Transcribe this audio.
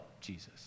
Jesus